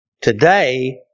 today